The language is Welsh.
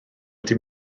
wedi